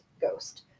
Ghost